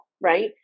right